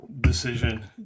decision